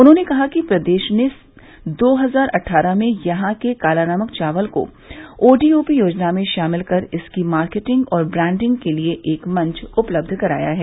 उन्होंने कहा कि प्रदेश सरकार ने दो हजार अट्ठारह में यहां के काला नमक चावल को ओडीओपी योजना में शामिल कर इसकी मार्केटिंग और ब्रांडिंग के लिए एक मंच उपलब्ध कराया है